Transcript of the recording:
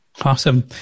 Awesome